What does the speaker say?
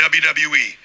wwe